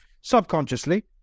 subconsciously